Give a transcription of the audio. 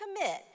commit